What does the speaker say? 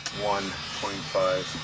one point five.